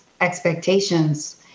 expectations